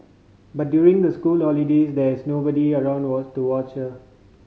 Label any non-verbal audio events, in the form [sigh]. but during the school holidays there is nobody around [unintelligible] to watch her